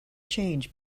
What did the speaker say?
change